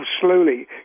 slowly